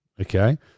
okay